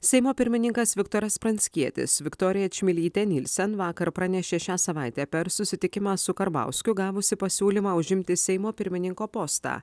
seimo pirmininkas viktoras pranckietis viktorija čmilytė nilsen vakar pranešė šią savaitę per susitikimą su karbauskiu gavusi pasiūlymą užimti seimo pirmininko postą